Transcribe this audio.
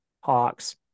Hawks